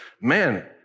man